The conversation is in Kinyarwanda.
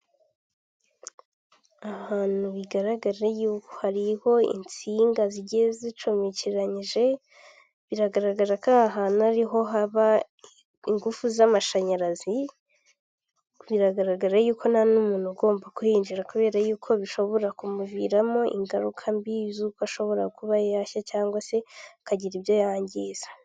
Ubu ni uburyo bwiza buri mu Rwanda kandi bumazemo igihe, buzwi nka manigaramu cyangwa wesiterini yuniyoni ubu buryo rero bumaze igihe bufasha abantu kohereza amafaranga mu mahanga cyangwa kubikuza amafaranga bohererejwe n'umuntu uri mu mahanga mu buryo bwiza kandi bwihuse, kandi bufite umutekano k'uko bimenyerewe hano mu Rwanda.